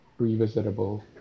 revisitable